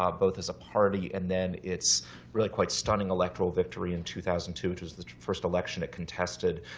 um both as a party and then its really quite stunning electoral victory in two thousand and two, which was the first election it contested,